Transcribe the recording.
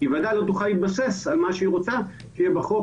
היא ודאי לא תוכל להתבסס על מה שהיא רוצה שיהיה בחוק.